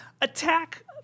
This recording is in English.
attack